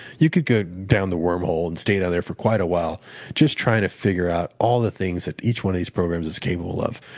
you could go down the worm hole and stay there for quite awhile just trying to figure out all the things that each one of these programs is capable of.